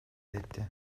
etti